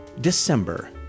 december